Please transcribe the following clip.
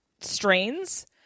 strains